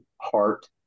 heart